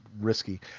Risky